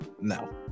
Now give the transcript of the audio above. No